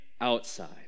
outside